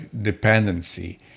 dependency